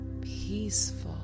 peaceful